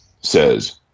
says